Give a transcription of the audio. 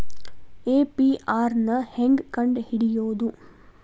APR ನ ಹೆಂಗ್ ಕಂಡ್ ಹಿಡಿಯೋದು?